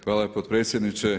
Hvala potpredsjedniče.